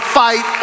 fight